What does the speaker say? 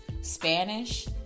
Spanish